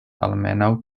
almenaŭ